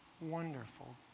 wonderful